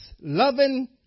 loving